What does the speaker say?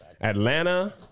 Atlanta